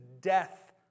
death